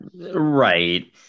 Right